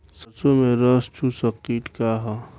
सरसो में रस चुसक किट का ह?